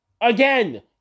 again